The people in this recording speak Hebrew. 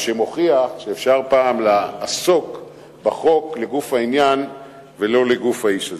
מה שמוכיח שאפשר פעם לעסוק בחוק לגוף העניין ולא לגוף האיש הזה.